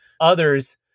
others